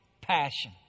passion